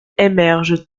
émergent